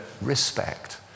respect